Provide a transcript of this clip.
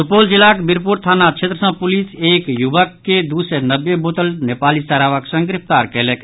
सुपौल जिलाक वीरपुर थाना क्षेत्र सॅ पुलिस एक युवक के दू सय नबे बोतल नेपाली शराबक संग गिरफ्तार कयलक अछि